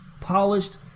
polished